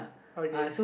okay